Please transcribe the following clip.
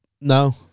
No